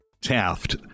Taft